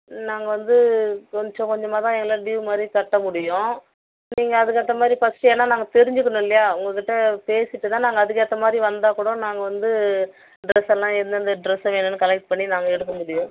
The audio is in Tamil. நாங்கள் வந்து கொஞ்ச கொஞ்சமாக தான் இல்லை டியூவ் மாதிரியும் கட்ட முடியும் நீங்கள் அதுக்கேற்ற மாதிரி ஃபஸ்ட்டு ஏன்னால் நாங்கள் தெரிஞ்சுக்கணும் இல்லையா உங்கக்கிட்டே பேசிட்டு தான் நாங்க அதுக்கேற்ற மாதிரி வந்தாக்கூட நாங்கள் வந்து ட்ரெஸ்ஸெல்லாம் எந்தெந்த ட்ரெஸ்ஸு வேணுன்னு கலெக்ட் பண்ணி நாங்கள் எடுக்க முடியும்